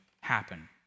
happen